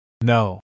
No